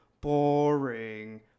Boring